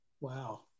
Wow